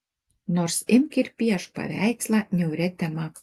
nors imk ir piešk paveikslą niauria tema